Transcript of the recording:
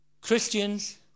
Christians